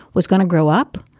was gonna grow up,